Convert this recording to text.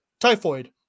typhoid